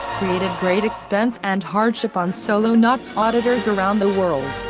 created great expense and hardship on solo nots auditors around the world,